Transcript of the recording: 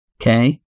Okay